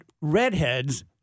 redheads